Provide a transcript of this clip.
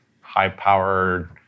high-powered